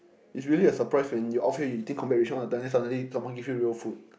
is really a surprise when you outfield you eating combat ration when suddenly someone give you real food